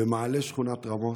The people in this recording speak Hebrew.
במעלה שכונת רמות.